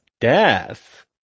death